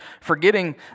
forgetting